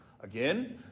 again